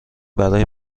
برای